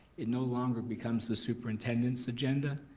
it no longer becomes the superintendent's agenda,